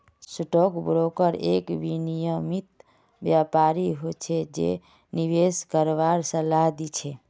stock broker एक विनियमित व्यापारी हो छै जे निवेश करवार सलाह दी छै